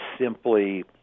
simply